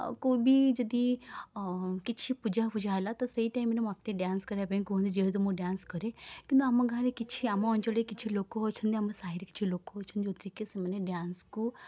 ଆଉ କେଉଁବି ଯଦି କିଛି ପୂଜାଫୁଜା ହେଲା ତ ସେଇ ଟାଇମରେ ମୋତେ ଡ୍ୟାନ୍ସ କରିବା ପାଇଁ କୁହନ୍ତି ଯେହେତୁ ମୁଁ ଡ୍ୟାନ୍ସ କରେ କିନ୍ତୁ ଆମ ଗାଁରେ କିଛି ଲୋକ ଆମ ଅଞ୍ଚଳରେ କିଛି ଲୋକ ଅଛନ୍ତି ଆମ ସାହିରେ କିଛି ଲୋକ ଅଛନ୍ତି ଯେଉଁଥିରେକି ସେମାନେ ଡ୍ୟାନ୍ସକୁ